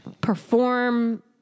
perform